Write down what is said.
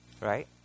right